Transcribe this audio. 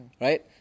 Right